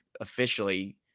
officially